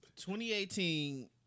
2018